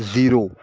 zero